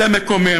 זה מקומם,